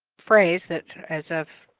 phrase that is of